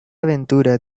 aventura